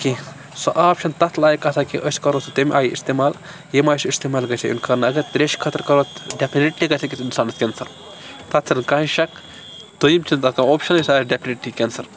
کینٛہہ سُہ آب چھُنہٕ تَتھ لایق آسان کہِ أسۍ کَرو سُہ تیٚمہِ آیہِ اِستعمال ییٚمہِ آیہِ سُہ اِستِمال گژھِ یُن کَرنہٕ اگر ترٛیشہِ خٲطرٕ کَرو ڈیٚفنِٹلی گژھِ أکِس اِنسانَس کینسَر تَتھ ژھٕنن کانٛہہ شَک دٔیٚیِم چھِ نہٕ تَتھ کانٛہہ اوپشَنے سُہ آسہِ ڈیٚفِنٹلی کینسل